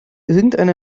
irgendeine